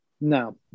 No